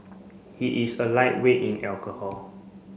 he is a lightweight in alcohol